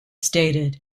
stated